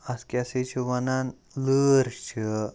اَتھ کیٛاہ سا چھِ وَنان لٲر چھِ